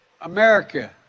america